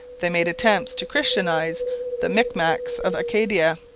they made attempts to christianize the micmacs of acadia,